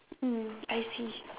mm I see